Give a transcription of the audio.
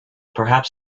perhaps